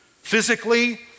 Physically